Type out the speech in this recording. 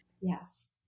Yes